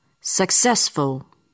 successful